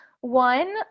One